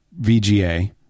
VGA